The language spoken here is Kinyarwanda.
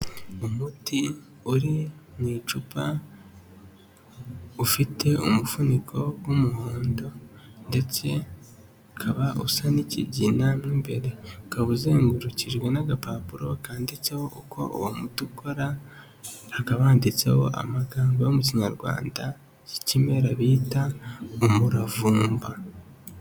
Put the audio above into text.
Umuti uri mu icupa ufite umufuniko w'umuhondo ndetse ukaba usa n'ikigina mo imbere ukaba uzengurukijwe n'agapapuro kanditseho uko uwo muti ukora, hakaba handitseho amagambo yo mu kinyarwanda y'ikimera bita umuravumba.